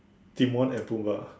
Timon and Pumbaa